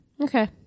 Okay